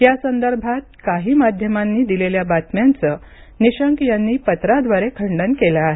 यासंदर्भात काही माध्यमांनी दिलेल्या बातम्यांचं निशंक यांनी पत्राद्वारे खंडन केलं आहे